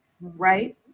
right